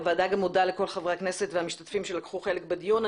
הוועדה גם מודה לכל חברי הכנסת והמשתתפים שלקחו חלק בדיון.